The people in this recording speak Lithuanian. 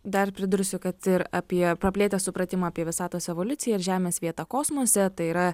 dar pridursiu kad ir apie praplėtę supratimą apie visatos evoliuciją ir žemės vietą kosmose tai yra